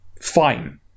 Fine